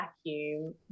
vacuum